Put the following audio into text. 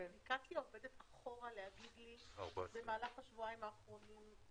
אפליקציה עובדת אחורה להגיד לי במהלך השבועיים האחרונים,